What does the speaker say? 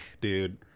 dude